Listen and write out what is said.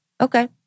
okay